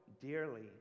dearly